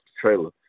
trailer